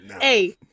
Hey